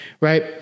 right